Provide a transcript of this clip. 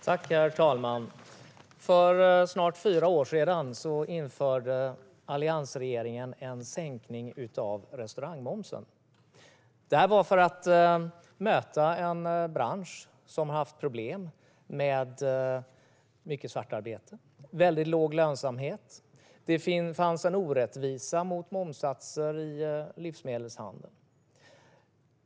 Herr talman! För snart fyra år sedan införde alliansregeringen en sänkning av restaurangmomsen. Det var för att möta en bransch som hade haft problem med mycket svartarbete och låg lönsamhet. Det fanns en orättvisa i momssatser i livsmedelshandeln.